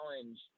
challenge